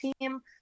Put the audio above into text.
team